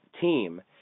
team